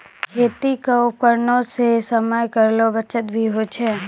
खेती क उपकरण सें समय केरो बचत भी होय छै